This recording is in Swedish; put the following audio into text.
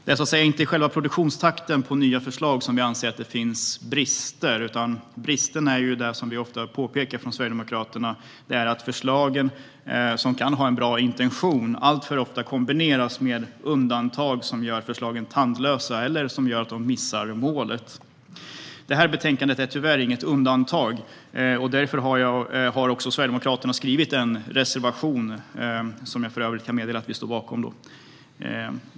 Det är så att säga inte i själva takten på att producera nya förslag som vi anser att det finns brister, utan bristen är, som vi från Sverigedemokraterna ofta påpekar, att förslagen, som kan ha en bra intention, alltför ofta kombineras med undantag som gör förslagen tandlösa eller att de missar målet. Det här betänkandet är tyvärr inget undantag. Därför har Sverigedemokraterna skrivit en reservation, som jag för övrigt kan meddela att vi står bakom.